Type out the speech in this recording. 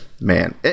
Man